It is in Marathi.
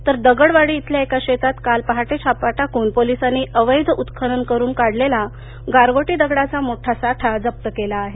तर दगडवाडी इथल्या एका शेतात काल पहाटे छापा टाकून पोलिसांनी अवैध उत्खनन करून काढलेला गारगोटी दगडाचा मोठा साठा जप्त केला आहे